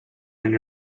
and